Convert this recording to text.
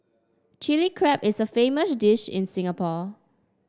Chilli Crab is a famous dish in Singapore